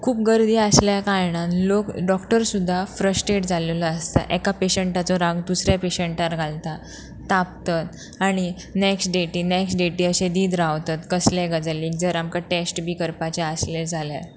खूब गर्दी आसल्या कारणान लोक डॉक्टर सुद्दां फ्रस्ट्रेट जाल्लेलो आसता एका पेशंटाचो राग दुसऱ्या पेशंटार घालता तापतत आणी नेक्स्ट डेटी नेक्स्ट डेटी अशे दीत रावतत कसलेय गजालीक जर आमकां टेस्ट बी करपाचें आसलें जाल्यार